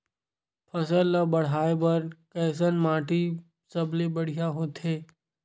फसल ला बाढ़े बर कैसन माटी सबले बढ़िया होथे?